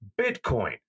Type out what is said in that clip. Bitcoin